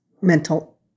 mental